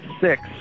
six